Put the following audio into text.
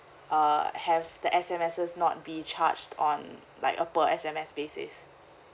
uh have S_M_S not be charged on like a per S_M_S basis